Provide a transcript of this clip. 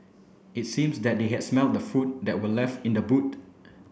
it seems that they had smelt the food that were left in the boot